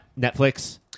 Netflix